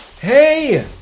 Hey